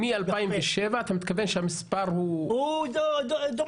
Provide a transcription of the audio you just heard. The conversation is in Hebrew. מ-2007 אתה מתכוון שהמספר דומה?